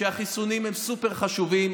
שהחיסונים הם סופר-חשובים.